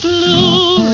Blue